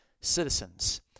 citizens